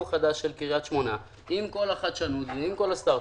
חדש של קריית שמונה עם כל החדשנות ועם כל הסטרט-אפים,